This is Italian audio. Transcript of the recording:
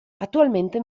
attualmente